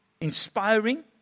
inspiring